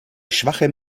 schwachem